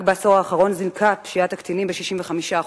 רק בעשור האחרון זינקה פשיעת הקטינים ב-65%,